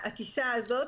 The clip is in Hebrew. טיסה או שתי